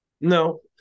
No